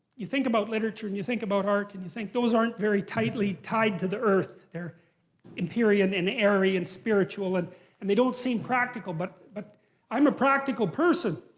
you think about literature and you think about art and you think those aren't very tightly tied to the earth. they're empyrean and and airy and spiritual, and and they don't seem practical. but but i'm a practical person.